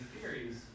theories